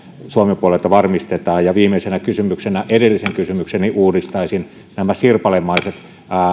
suomen puolelta varmistetaan ja viimeisenä kysymyksenä edellisen kysymykseni uudistaisin nämä sirpalemaiset